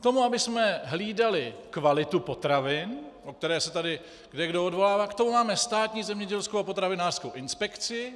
K tomu, abychom hlídali kvalitu potravin, na kterou se tady kdekdo odvolává, k tomu máme Státní zemědělskou a potravinářskou inspekci.